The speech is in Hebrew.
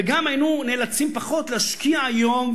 וגם היינו נאלצים פחות להשקיע היום,